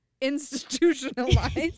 institutionalized